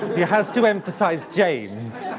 he has to emphasize james.